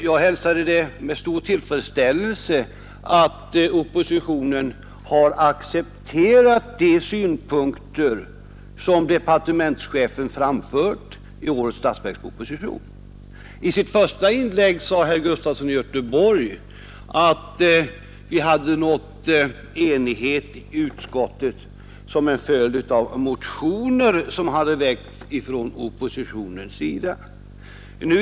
Jag hälsade med stor tillfredsställelse att oppositionen har accepterat de synpunkter som departementschefen framfört i årets statsverksproposition. I sitt första inlägg sade herr Gustafson i Göteborg att vi hade nått enighet i utskottet som en följd av motioner som hade väckts ifrån oppositionens sida.